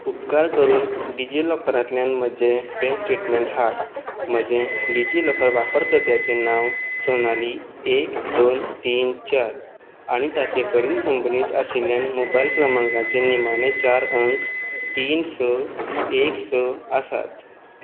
उपकार करून डिजिलॉकरांतल्यान म्हजें बँक स्टेटमँट हाड म्हजें डिजिलॉकर वापरकर्त्याचें नांव सोनाली एक दोन तीन चार आनी ताचे कडेन संबणीत आशिल्ल्यान मोबायल क्रमांकाचे निमाणे चार अंक तीन स एक स आसात